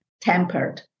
tempered